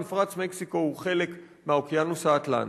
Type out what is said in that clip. מפרץ מקסיקו הוא חלק מהאוקיינוס האטלנטי,